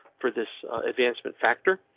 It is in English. for this advancement factor,